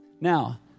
Now